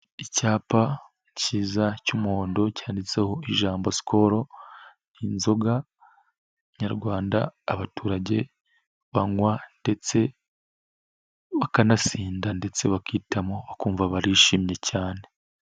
Icyapa cyiza cy'umuhondo cyanditseho ijambo Sikoro ni inzoga nyarwanda abaturage banywa ndetse bakanasinda ndetse bakitamo bakumva barishimye cyane.